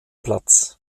platz